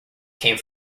came